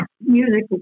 music